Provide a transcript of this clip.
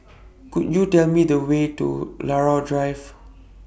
Could YOU Tell Me The Way to Drive